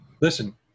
listen